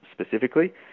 specifically